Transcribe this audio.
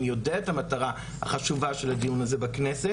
ואני יודע את המטרה החשובה של הדיון הזה בכנסת.